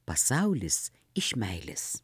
pasaulis iš meilės